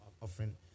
offering